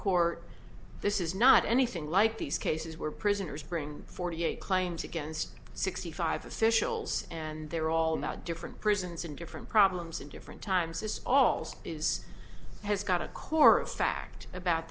court this is not anything like these cases where prisoners bring forty eight claims against sixty five officials and they're all not different prisons and different problems in different times it's all this is has got a core of fact about